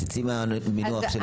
תצאי מהמינוח של "הפסדי".